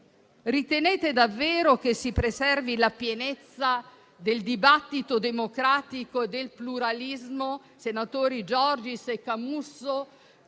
Ritenete davvero che si preservi la pienezza del dibattito democratico e del pluralismo, senatori Giorgis e Camusso,